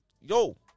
yo